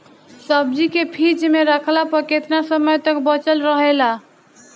सब्जी के फिज में रखला पर केतना समय तक बचल रहेला?